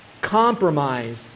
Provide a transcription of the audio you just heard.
compromise